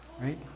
right